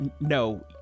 No